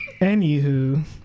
Anywho